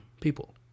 people